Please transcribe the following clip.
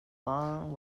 long